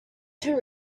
too